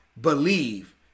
believe